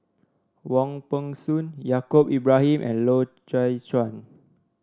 Wong Peng Soon Yaacob Ibrahim and Loy Chye Chuan